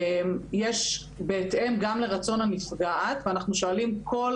יש בהתאם לרצון הנפגעת ואנחנו שואלים על